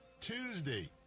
Tuesday